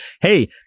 hey